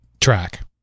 track